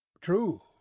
True